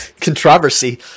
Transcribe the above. Controversy